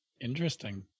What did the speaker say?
Interesting